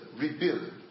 rebuild